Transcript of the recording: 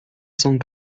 cent